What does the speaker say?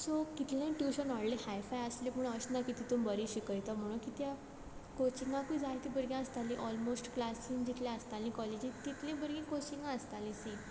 so कितलेंय tuition व्होडलें hi fi आसलें म्हूण अशें ना की तितून बरीं शिकोयतो म्हुणून कित्या कोचिंगाकूय जायतीं भुरगीं आसतालीं ओलमोस्ट क्लासीन जितलीं आसतालीं कॉलेजीन तितलीं भुरगीं कोचिंगा आसतालीं सेम